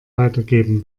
weitergeben